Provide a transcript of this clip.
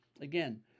Again